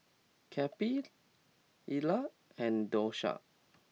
Cappie Ila and Doshia